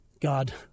god